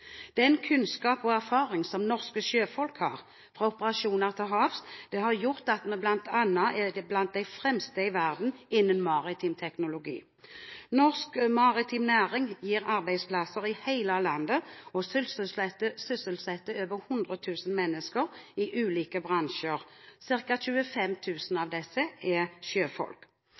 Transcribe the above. Den kunnskap og erfaring som norske sjøfolk har fra operasjoner til havs, har gjort at vi bl.a. er blant de fremste i verden innenfor maritim teknologi. Norsk maritim næring gir arbeidsplasser i hele landet, og sysselsetter over 100 000 mennesker i ulike bransjer, ca. 25 000 av disse er sjøfolk.